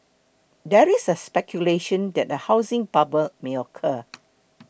there is speculation that a housing bubble may occur